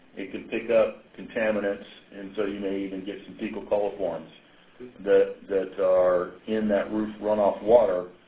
it can pick up contaminants and so you may even get some fecal coliforms that that are in that roof's runoff water